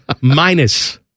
minus